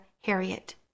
Harriet